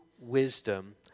wisdom